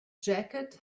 jacket